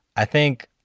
i think,